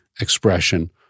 expression